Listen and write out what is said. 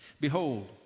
Behold